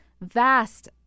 vast